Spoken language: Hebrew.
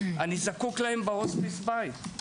בהוספיס בית.